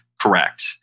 Correct